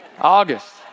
August